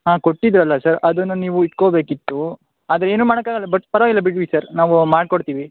ಹಾಂ ಕೊಟ್ಟಿದ್ದೇವಲ್ಲಾ ಸರ್ ಅದನ್ನ ನೀವು ಇಟ್ಕೊಬೇಕಿತ್ತು ಆದರೆ ಏನು ಮಾಡಕ್ಕಾಗಲ್ಲ ಬಟ್ ಪರವಾಗಿಲ್ಲ ಬಿಡ್ರಿ ಸರ್ ನಾವು ಮಾಡ್ಕೊಡ್ತೀವಿ